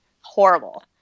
horrible